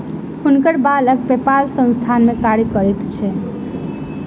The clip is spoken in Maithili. हुनकर बालक पेपाल संस्थान में कार्य करैत छैन